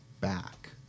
back